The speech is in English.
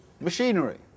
machinery